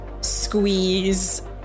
squeeze